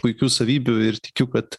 puikių savybių ir tikiu kad